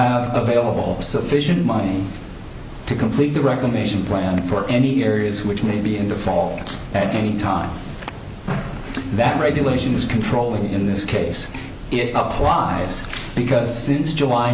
have available sufficient money to complete the reclamation plan for any areas which may be in the fall at any time that regulation is controlled in this case it up lives because since july